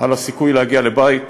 על הסיכוי להגיע לבית.